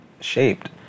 shaped